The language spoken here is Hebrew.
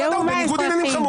בניגוד עניינים.